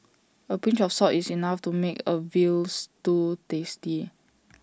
A pinch of salt is enough to make A Veal Stew tasty